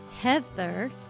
Heather